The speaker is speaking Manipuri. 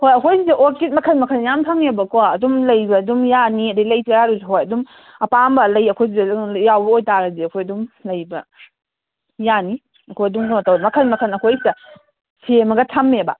ꯍꯣꯏ ꯑꯩꯈꯣꯏꯁꯤꯗ ꯑꯣꯔꯀꯤꯠ ꯃꯈꯜ ꯃꯈꯜ ꯌꯥꯝ ꯐꯪꯉꯦꯕꯀꯣ ꯑꯗꯨꯝ ꯂꯩꯕ ꯑꯗꯨꯝ ꯌꯥꯅꯤ ꯑꯗꯨꯗꯩ ꯂꯩ ꯆꯔꯥꯗꯨꯁꯨ ꯍꯣꯏ ꯑꯗꯨꯝ ꯑꯄꯥꯝꯕ ꯂꯩ ꯑꯩꯈꯣꯏꯁꯤꯗ ꯌꯥꯎꯕ ꯑꯣꯏꯕꯇꯥꯔꯗꯤ ꯑꯩꯈꯣꯏ ꯑꯗꯨꯝ ꯂꯩꯕ ꯌꯥꯅꯤ ꯑꯩꯈꯣꯏ ꯑꯗꯨꯝ ꯀꯩꯅꯣ ꯇꯧꯔ ꯃꯈꯜ ꯃꯈꯜ ꯑꯩꯈꯣꯏꯁꯤꯗ ꯁꯦꯝꯃꯒ ꯊꯝꯃꯦꯕ